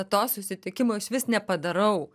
to susitikimo išvis nepadarau